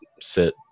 sit